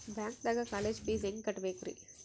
ಬ್ಯಾಂಕ್ದಾಗ college fees ಹೆಂಗ್ ಕಟ್ಟ್ಬೇಕ್ರಿ?